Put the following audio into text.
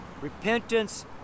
repentance